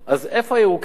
אז איפה הירוקים?